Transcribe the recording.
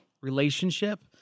relationship